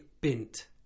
Bint